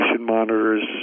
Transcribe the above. monitors